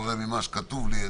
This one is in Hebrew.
לפי מה שכתוב לי.